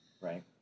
Right